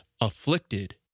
afflicted